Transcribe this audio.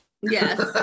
Yes